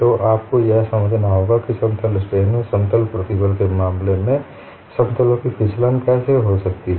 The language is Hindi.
तो आपको यह समझना होगा कि समतल स्ट्रेन और समतल प्रतिबल के मामले में समतलों की फिसलन कैसे हो सकती है